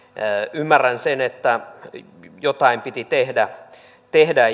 ymmärrän sen että jotain piti tehdä tehdä